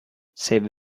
save